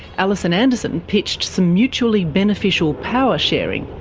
alison anderson pitched some mutually beneficial power sharing.